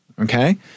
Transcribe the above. okay